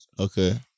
Okay